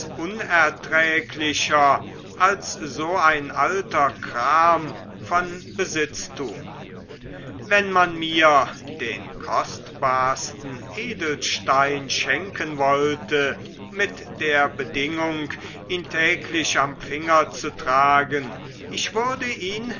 unerträglicher als so ein alter kram von besitztum wenn man mir den kostbarsten edelstein schenken wollte mit der bedingung ihn täglich am finger zu tragen ich würde ihn